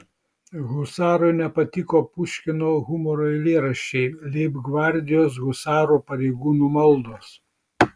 husarui nepatiko puškino humoro eilėraščiai leibgvardijos husarų pareigūnų maldos